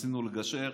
ניסינו לגשר?